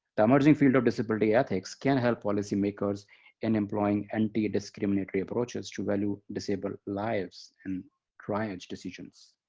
the emerging field of disability ethics can help policymakers in employing anti-discriminatory approaches to value disabled lives and triage decisions.